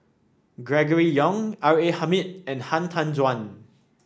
Gregory Yong R A Hamid and Han Tan Juan